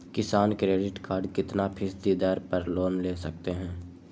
किसान credit card कितना फीसदी दर पर लोन ले सकते हैं?